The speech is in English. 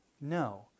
No